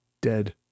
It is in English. Dead